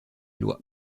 lois